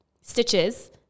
stitches